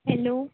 hello